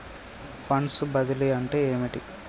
Funds బదిలీ అంటే ఏమిటి?